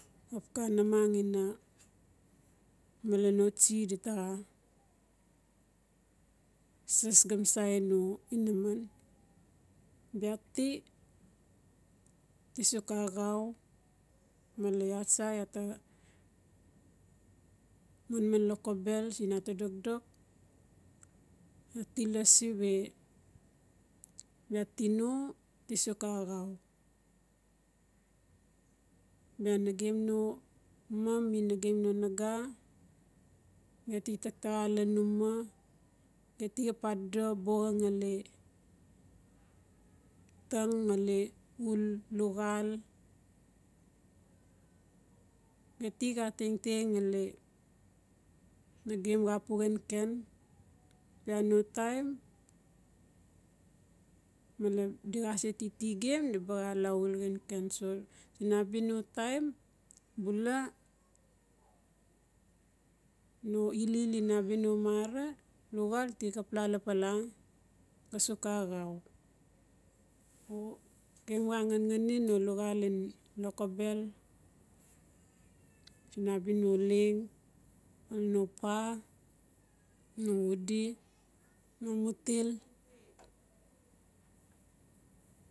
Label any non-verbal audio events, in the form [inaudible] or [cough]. Ap ka manang ina male no tsi di ta xa sas gamsia no inaman. Bia ti-ti suk a axau male iaa tsa iaa ta manman lokobel siin iaa ta dokdok iaa ti lasi we bia tino ti suk axau. Bia namang no mo mi no naga geti taktaxa lan uma, geti xap adodo buxa [hesitation] ngali taing ngali ul luxal, geti xa tengteng ngali nagem pu xa xenken, bia no taim male di xa titi gem di ba la ul xenken. Siin a bia no taim bula no ila-ila siin a bia no marang ti xap la lapala a suk axau o gem xa [noise] ngan-ngani no luxal ngan lokobel siin a bia no leng [noise] no pa, no udi, no mutil.